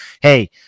hey